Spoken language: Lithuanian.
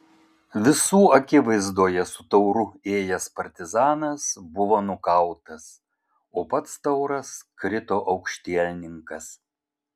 visų akivaizdoje su tauru ėjęs partizanas buvo nukautas o pats tauras krito aukštielninkas